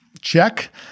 check